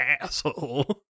asshole